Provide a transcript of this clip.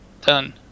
Done